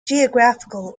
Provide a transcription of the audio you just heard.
geographical